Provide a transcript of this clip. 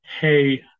hey